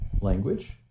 language